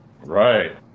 Right